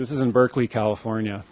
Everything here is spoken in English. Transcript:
this is in berkeley california